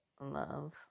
love